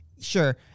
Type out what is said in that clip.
sure